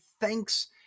thanks